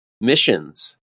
missions